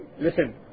listen